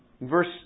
Verse